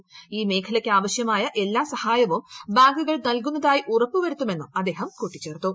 ഈ സ്ഥാപനങ്ങളിലൂടെ മേഖലയ്ക്കാവശ്യമായ എല്ലാ സഹായവും ബാങ്കുകൾ നൽകുന്നതായി ഉറപ്പുവരുത്തുമെന്നും അദ്ദേഹം കൂട്ടിച്ചേർത്തു